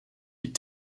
die